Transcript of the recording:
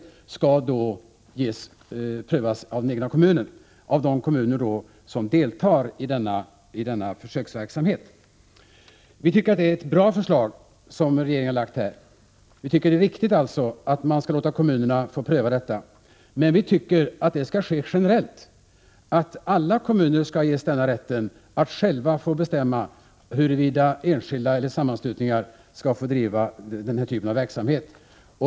Vi tycker att det är ett bra förslag som regeringen har lagt fram. Vi anser alltså att det är riktigt att låta kommunerna göra denna prövning, men vi anser att detta skall gälla generellt, dvs. att alla kommuner skall ges rätt att själva bestämma huruvida enskilda eller sammanslutningar skall få bedriva denna typ av verksamhet.